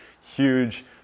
huge